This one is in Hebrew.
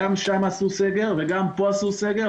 גם שם עשו סגר וגם פה עשו סגר.